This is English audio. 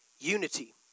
unity